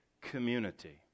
community